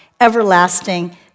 Everlasting